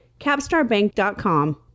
CapstarBank.com